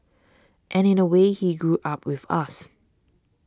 and in a way he grew up with us